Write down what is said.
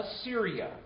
Assyria